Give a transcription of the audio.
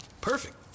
Perfect